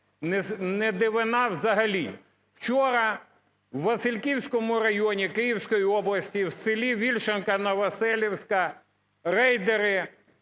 не дивина взагалі. Вчора в Васильківському районі Київської області, в селі Вільшанська Новоселиця рейдери,